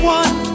one